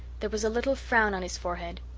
there was a little frown on his forehead.